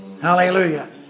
Hallelujah